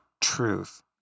truth